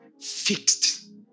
fixed